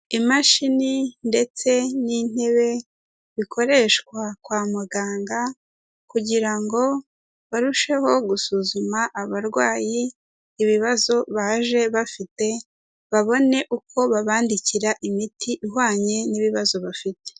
Imashini ndetse n'intebe bikoreshwa kwa muganga kugira ngo barusheho gusuzuma abarwayi, ibibazo baje bafite, babone uko babandikira imiti ihwanye n'ibibazo bafite.